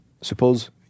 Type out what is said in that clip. suppose